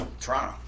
Toronto